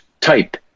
type